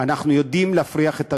אנחנו יודעים להפריח את השממה.